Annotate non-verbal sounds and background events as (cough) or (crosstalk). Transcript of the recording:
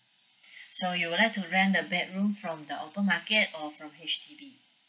(breath) so you would like to rent a bedroom from the open market or from H_D_B